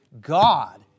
God